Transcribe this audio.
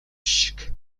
шиг